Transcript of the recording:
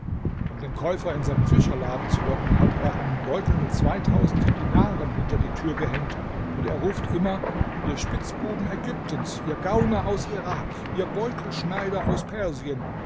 um den käufer in seinen fischerladen zu locken hat er einen beutel mit zweitausend dinaren hinter die tür gehängt und er ruft immer ihr spitzbuben ägyptens ihr gauner aus irak ihr beutelschneider aus persien